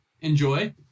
enjoy